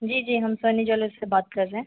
जी जी हम सोनी ज़्वेलर्स से बात कर रहे हैं